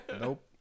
Nope